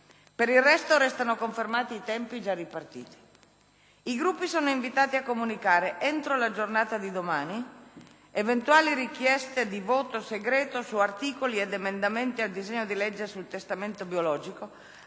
Per il resto, restano confermati i tempi già ripartiti. I Gruppi sono invitati a comunicare, entro la giornata di domani, eventuali richieste di voto segreto su articoli ed emendamenti al disegno di legge sul testamento biologico,